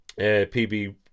PB